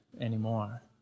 anymore